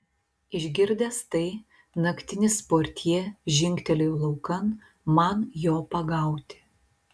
išgirdęs tai naktinis portjė žingtelėjo laukan man jo pagauti